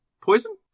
Poison